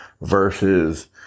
versus